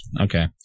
Okay